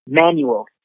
manual